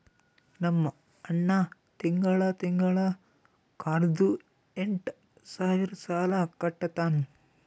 ನಮ್ ಅಣ್ಣಾ ತಿಂಗಳಾ ತಿಂಗಳಾ ಕಾರ್ದು ಎಂಟ್ ಸಾವಿರ್ ಸಾಲಾ ಕಟ್ಟತ್ತಾನ್